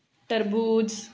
टरबूज